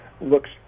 looks